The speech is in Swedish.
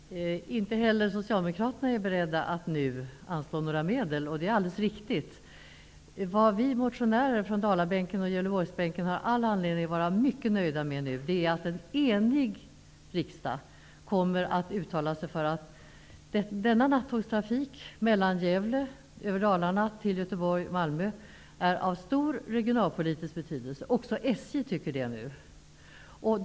Herr talman! Inte heller socialdemokraterna är beredda att nu anslå några medel, och det är alldeles riktigt. Vad vi motionärer från Dalabänken och Gävleborgsbänken har all anledning att vara mycket nöjda med är att en enig riksdag kommer att uttala sig för att denna nattågstrafik från Gävle över Dalarna till Göteborg och Malmö är av stor regionalpolitisk betydelse. Också SJ är av samma mening.